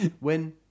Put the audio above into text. Win